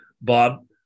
Bob